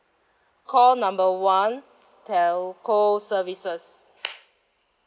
call number one telco services